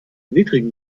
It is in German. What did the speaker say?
niedrigen